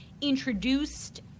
introduced